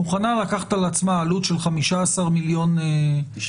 מוכנה לקחת על עצמה עלות של 15 מיליון ₪.